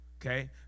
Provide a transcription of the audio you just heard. Okay